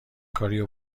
کاریو